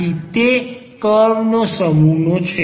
આથી તે કર્વના સમૂહનો છે